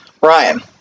Ryan